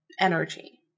energy